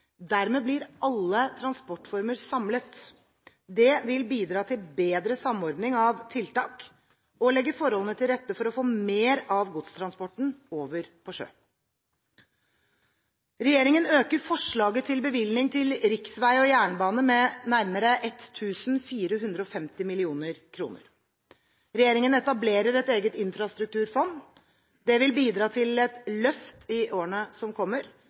Dermed blir alle transportformer samlet. Det vil bidra til bedre samordning av tiltak og legge forholdene til rette for å få mer av godstransporten over på sjø. Regjeringen øker forslaget til bevilgning til riksvei og jernbane med nærmere 1 450 mill. kr. Regjeringen etablerer et eget infrastrukturfond. Det vil bidra til et løft i årene som kommer.